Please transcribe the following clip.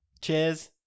Cheers